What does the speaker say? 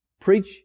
preach